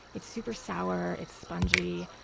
it's super sour. it's spongy.